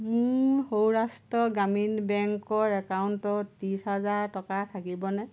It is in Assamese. মোৰ সৌৰাষ্ট্ৰ গ্ৰামীণ বেংকৰ একাউণ্টত ত্ৰিছ হেজাৰ টকা থাকিবনে